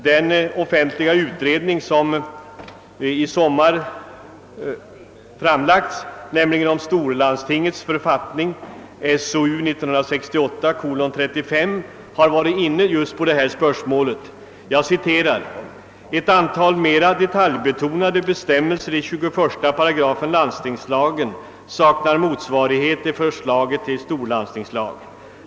Den offentliga utredning som i somras framlade sitt betänkande om storlandstingets författning har berört detta spörsmål och framhåller: »Ett antal mera detaljbetonade bestämmelser i 21 8 LL saknar motsvarighet i förslaget till storlandstingslag.